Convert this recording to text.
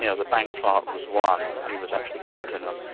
you know the bank clerk was one. he was actually caught in a